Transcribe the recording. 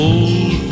Old